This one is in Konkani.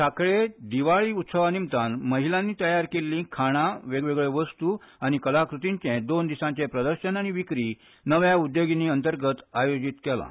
साखळी प्रदर्शन साखळे दिवाळी उत्सवा निमतान महिलांनी तयार केछ्ठीं खाणां वेगवेगळ्यो वस्तू आनी कलाकृतींचे दोन दिसांचे प्रदर्शन आनी विक्री नव्या उद्योगिनीं अंतर्गत आयोजित केलां